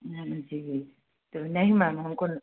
हाँ जी जी तो नहीं मैम हम को